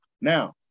Now